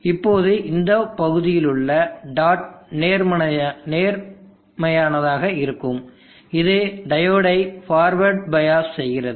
இப்போது இந்த பகுதியிலுள்ள டாட் நேர்மையானதாக இருக்கும் இது டையோடை பார்வேர்ட் பயஸ் செய்கிறது